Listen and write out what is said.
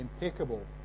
impeccable